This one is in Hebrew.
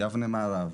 יבנה מערב,